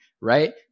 right